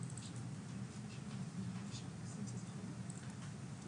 הישנים שרווחים בישראל שמוחזקות